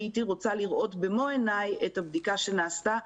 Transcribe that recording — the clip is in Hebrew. הייתי רוצה לראות במו עיניי את הבדיקה שנעשתה,